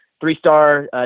three-star